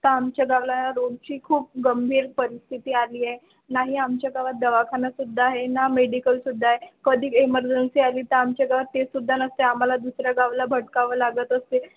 तर आमच्या गावला रोडची खूप गंभीर परिस्थिती आली आहे नाही आमच्या गावात दवाखानासुद्धा आहे ना मेडिकल सुद्धा आहे कधी एमर्जन्सी आली तर आमच्या गावात ते सुद्धा नसते आम्हाला दुसऱ्या गावाला भटकावं लागत असते